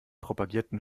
propagierten